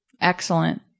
Excellent